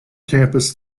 campus